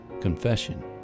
confession